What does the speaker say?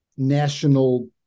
National